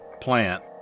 plant